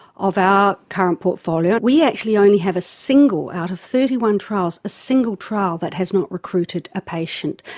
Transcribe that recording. of our current portfolio we actually only have a single, out of thirty one trials a single trial that has not recruited a patient,